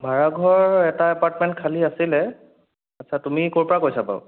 ভাড়াঘৰ এটা এপাৰ্টমেণ্ট খালী আছিলে আচ্ছা তুমি ক'ৰ পৰা কৈছা বাৰু